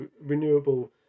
renewable